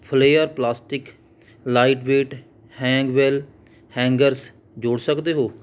flare plastic lightweight ਹੈਂਗਵੇਲ hangers ਜੋੜ ਸਕਦੇ ਹੋ